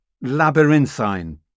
labyrinthine